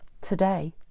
today